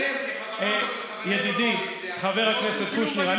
ידידי חבר הכנסת קושניר,